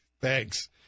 Thanks